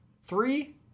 Three